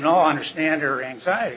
know i understand her anxiety